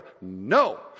No